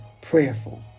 prayerful